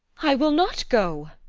i will not go.